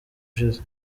ushize